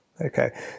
okay